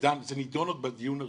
וגם זה נידון עוד בדיון הראשון.